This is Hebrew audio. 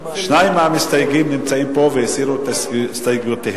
שניים מהמסתייגים נמצאים פה והם הסירו את הסתייגויותיהם.